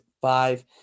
five